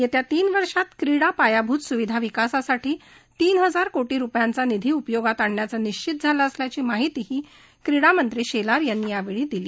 येत्या तीन वर्षात क्रीडा पायाभूत सुविधा विकासासाठी तीन हजार कोटी रुपयांचा निधी उपयोगात आणण्याचे निश्चित झालं असल्याची माहितीही क्रीडा मंत्री शेलार यांनी यावेळी दिली